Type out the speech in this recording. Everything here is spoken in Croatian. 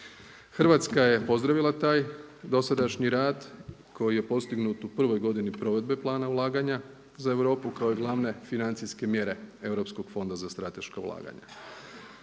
Hrvatska je pozdravila taj dosadašnji rad koji je postignut u prvoj godini provedbe plana ulaganja za Europu kao i glavne financijske mjere europskog Fonda za strateška ulaganja.